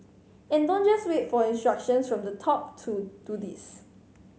and don't just wait for instructions from the top to do this